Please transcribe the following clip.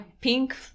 Pink